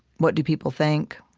what do people think,